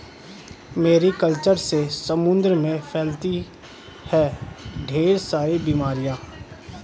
Mary culture से समुद्र में फैलती है ढेर सारी बीमारियां